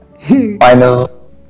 final